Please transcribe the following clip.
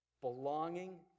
belonging